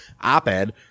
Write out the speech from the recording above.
op-ed